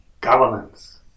governance